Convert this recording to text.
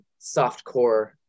softcore